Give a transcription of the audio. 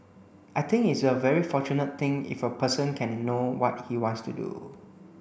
I think it's a very fortunate thing if a person can know what he wants to do